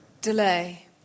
Delay